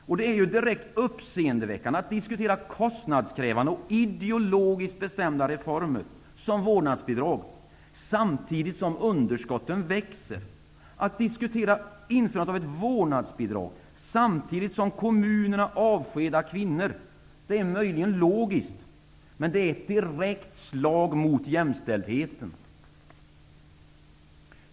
Och det är direkt uppseendeväckande att diskutera kostnadskrävande och ideologiskt bestämda reformer som vårdnadsbidrag samtidigt som underskotten växer. Att diskutera införandet av ett vårdnadsbidrag samtidigt som kommunerna avskedar kvinnorna är möjligen logiskt, men det är ett direkt slag mot jämställdheten.